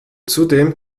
zudem